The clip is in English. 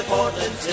Portland